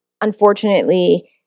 unfortunately